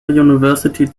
university